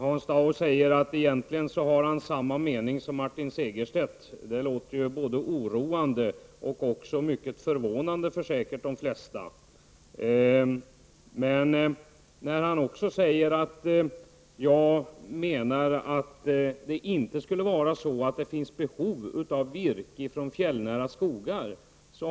Hans Dau säger att han egentligen har samma mening som Martin Segerstedt. Det borde vara både oroande och också mycket förvånande för säkert de flesta. Men Hans Dau har inte heller lyssnat när han säger att jag menar att det inte finns behov av virke från fjällnära skogar.